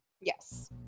Yes